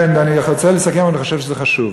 כן, ואני רוצה לסכם, אני חושב שזה חשוב,